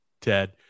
ted